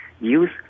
use